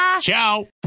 Ciao